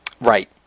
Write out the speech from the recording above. Right